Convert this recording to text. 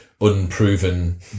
unproven